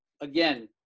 again